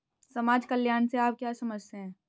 समाज कल्याण से आप क्या समझते हैं?